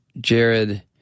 Jared